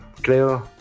Creo